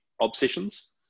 obsessions